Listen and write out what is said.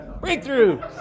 Breakthrough